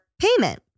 payment